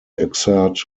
exert